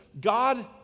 God